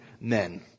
men